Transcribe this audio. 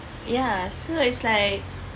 ya so it's like